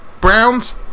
Browns